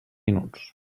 minuts